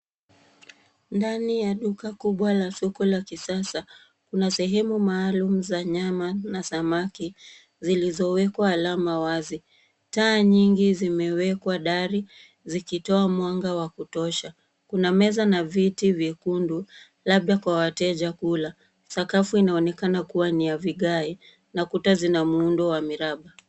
Daiya duka kubwa la soko la kisasa kuna sehemu maalum za nyama na samaki zilizowekwa alama wazi. Taa nyingi zimewekwa dari zikitoa mwanga wa kutosha. Kuna meza na viti vyekundu labda kwa wateja kula. Sakafu inaonekana kuwa ni ya vigae na kuta zina muundo wa miraba.